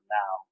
now